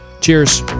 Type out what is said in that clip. Cheers